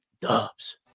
dubs